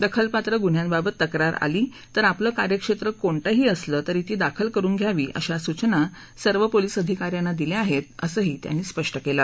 दखलपात्र गुन्ह्यांबाबत तक्रार आली तर आपलं कार्यक्षेत्र कोणतंही असलं तरी ती दाखल करून घ्यावी अशा सूचना सर्व पोलीस अधिकाऱ्यांना दिल्या आहेत असंही सज्जनर यांनी स्पष्ट केलं